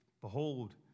Behold